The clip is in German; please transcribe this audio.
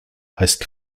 heißt